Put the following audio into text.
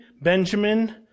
Benjamin